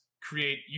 create